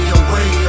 away